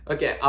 Okay